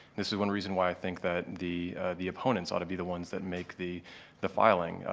this is one reason why i think that the the opponents ought to be the ones that make the the filing.